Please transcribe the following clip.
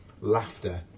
laughter